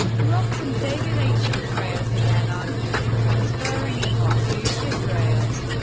ross and david h. petraeus again argued for transferring the mop to israel.